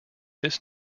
this